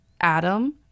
Adam